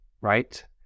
right